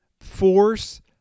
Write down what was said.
force